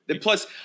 Plus –